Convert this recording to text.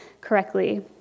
correctly